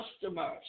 customers